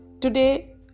Today